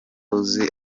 uzi